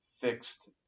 fixed